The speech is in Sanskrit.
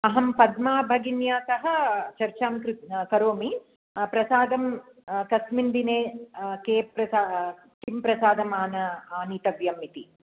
अहं पद्मा भगिन्या सह चर्चां करोमि प्रसादं तस्मिन् दिने के किं प्रसादम् आनीतव्यम् इति